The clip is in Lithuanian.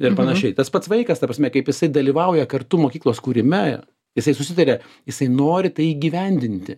ir panašiai tas pats vaikas ta prasme kaip jisai dalyvauja kartu mokyklos kūrime jisai susitaria jisai nori tai įgyvendinti